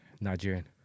Nigerian